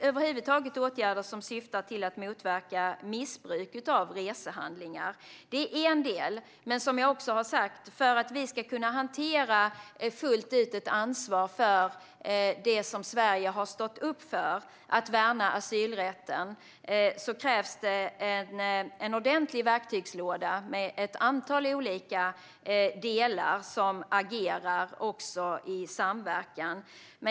Över huvud taget är det åtgärder som syftar till att motverka missbruk av resehandlingar. Det är en del. Men, som jag har sagt, för att vi fullt ut ska kunna hantera ett ansvar för det som Sverige har stått upp för - att värna asylrätten - krävs det en ordentlig verktygslåda med ett antal olika delar som agerar i samverkan.